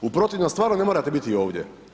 U protivnom stvarno ne morate biti ovdje.